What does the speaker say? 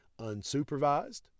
unsupervised